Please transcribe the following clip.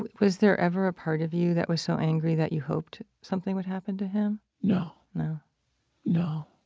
was there ever a part of you that was so angry that you hoped something would happen to him? no no no.